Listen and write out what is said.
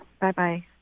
Bye-bye